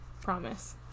promise